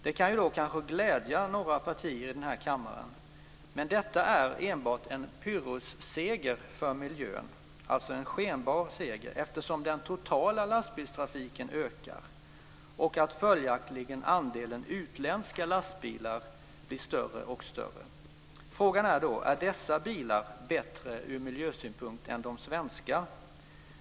Det kan kanske glädja några partier här i kammaren, men det är enbart en pyrrhusseger för miljön, alltså en skenbar seger, eftersom den totala lastbilstrafiken ökar och andelen utländska lastbilar följaktligen blir större och större. Frågan är om dessa bilar är bättre ur miljösynpunkt än de svenska.